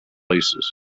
places